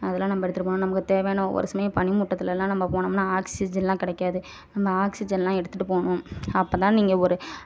அதெலாம் நம்ப எடுத்துகிட்டு போகணும் நமக்கு தேவையான ஒரு சமயம் பனிமூட்டத்திலலாம் நம்ப போனோம்னால் ஆக்சிஜனெலாம் கிடைக்காது நம்ப ஆக்சிஜனெலாம் எடுத்துகிட்டு போகணும் அப்போதான் நீங்க ஒரு